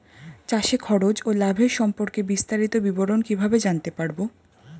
চাষে খরচ ও লাভের সম্পর্কে বিস্তারিত বিবরণ কিভাবে জানতে পারব?